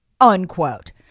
Unquote